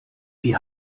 wie